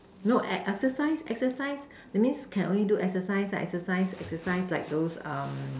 no eh exercise exercise that means can only do exercise exercise exercise like those um